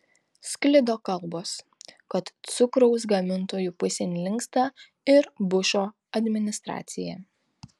sklido kalbos kad cukraus gamintojų pusėn linksta ir bušo administracija